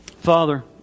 Father